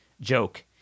joke